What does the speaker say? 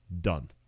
done